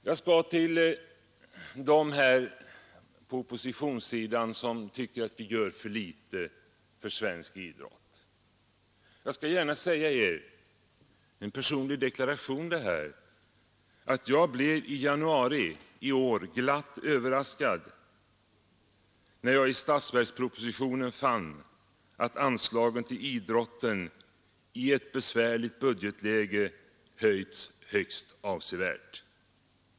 Jag skall till dem på oppositionssidan som anser att vi gör för litet för svensk idrott avge den personliga deklarationen att jag i januari i år blev glatt överraskad, när jag i statsverkspropositionen fann att anslagen till idrotten i ett besvärligt budgetläge höjts högst avsevärt.